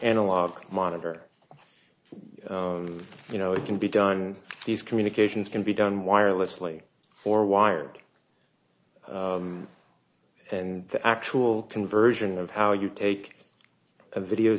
analog monitor you know it can be done these communications can be done wirelessly or wired and the actual conversion of how you take a video